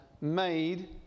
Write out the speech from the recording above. made